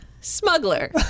smuggler